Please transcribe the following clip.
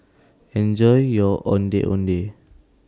Enjoy your Ondeh Ondeh